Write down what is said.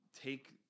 take